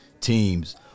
Teams